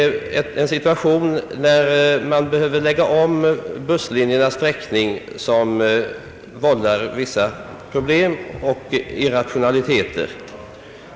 I en sådan situation behöver man kanske lägga om busslinjernas sträckning och detta vållar vissa problem och irrationaliteter.